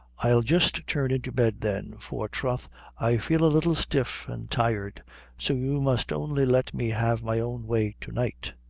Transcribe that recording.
i'll just turn into bed, then, for troth i feel a little stiff and tired so you must only let me have my own way to-night.